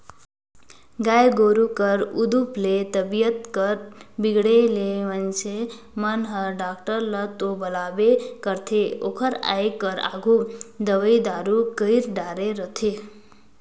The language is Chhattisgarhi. गाय गोरु कर उदुप ले तबीयत कर बिगड़े ले मनखे मन हर डॉक्टर ल तो बलाबे करथे ओकर आये कर आघु दवई दारू कईर डारे रथें